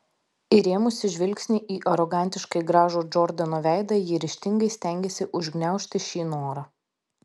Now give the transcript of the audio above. įrėmusi žvilgsnį į arogantiškai gražų džordano veidą ji ryžtingai stengėsi užgniaužti šį norą